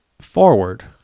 forward